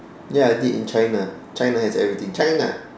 ya I did in China China has everything China